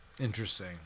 Interesting